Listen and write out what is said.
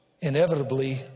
inevitably